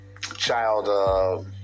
child